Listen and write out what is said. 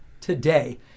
today